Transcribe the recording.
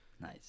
Nice